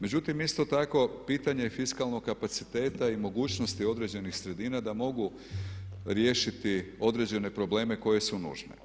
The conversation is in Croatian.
Međutim, isto tako pitanje je fiskalnog kapaciteta i mogućnosti određenih sredina da mogu riješiti određene probleme koje su nužne.